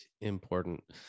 important